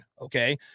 Okay